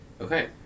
Okay